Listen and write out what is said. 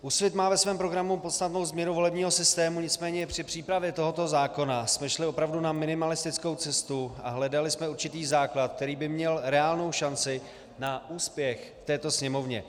Úsvit má ve svém programu podstatnou změnu volebního systému, nicméně při přípravě tohoto zákona jsme šli opravdu na minimalistickou cestu a hledali jsme určitý základ, který by měl reálnou šanci na úspěch v této Sněmovně.